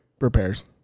repairs